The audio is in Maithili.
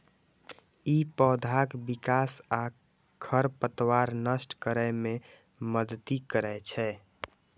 ई पौधाक विकास आ खरपतवार नष्ट करै मे मदति करै छै